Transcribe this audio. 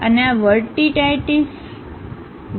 આ વર્ટિટાઈશીસ છે